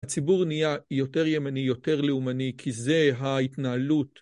הציבור נהיה יותר ימני, יותר לאומני כי זה ההתנהלות.